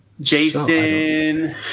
Jason